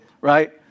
right